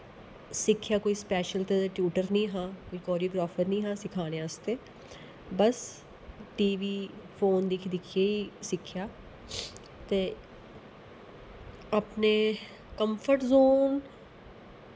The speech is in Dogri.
सिक्खेआ कोई स्पैशल ते टयूटर नी हा कोई कोरियोग्राफर नी हा सखाने आस्तै बस टी वी फोन दिक्खी दिक्खियै ई सिक्खेआ ते अपने कंफर्ट ज़ोन